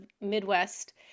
Midwest